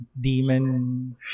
demon